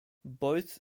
both